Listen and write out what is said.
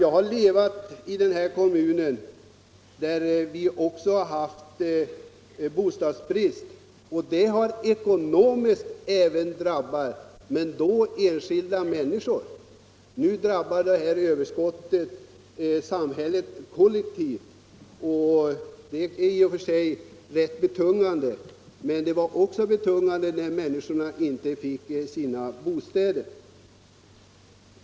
Jag har levat i Hallstahammar kommun, där vi också har haft bostadsbrist, vilket då även ekonomiskt har drabbat enskilda människor. Nu drabbar överskottet på lägenheter i stället samhället kollektivt. Det är i och för sig betungande, men tidigare var det också betungande för människorna att inte få bostäder.